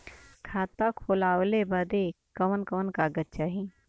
खाता खोलवावे बादे कवन कवन कागज चाही?